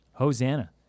Hosanna